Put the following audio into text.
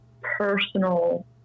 personal